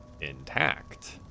intact